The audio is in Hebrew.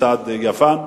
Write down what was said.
מצד יוון,